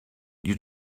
you